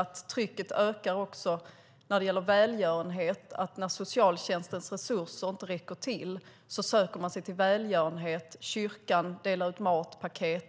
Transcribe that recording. att trycket ökar också när det gäller välgörenhet. När socialtjänstens resurser inte räcker till söker man sig till välgörenhet. Kyrkan delar ut matpaket.